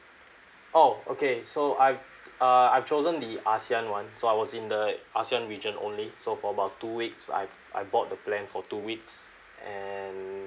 oh okay so I've uh I've chosen the ASEAN one so I was in the ASEAN region only so for about two weeks I've I bought the plan for two weeks and